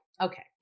okay